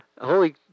holy